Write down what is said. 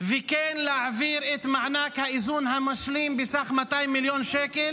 ולהעביר את מענק האיזון המשלים בסך 200 מיליון שקל